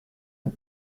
and